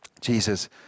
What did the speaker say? Jesus